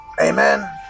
Amen